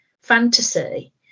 fantasy